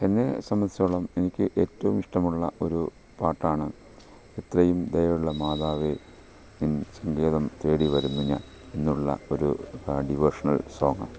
എന്നെ സംബന്ധിച്ചെടുത്തോളം എനിക്ക് ഏറ്റോം ഇഷ്ടമുള്ള ഒരു പാട്ടാണ് എത്രയും ദയയുള്ള മാതാവേ നിൻ സങ്കേതം തേടി വരുന്നു ഞാൻ എന്നുള്ള ഒരു ഡിവോഷണൽ സോങ്